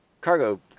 cargo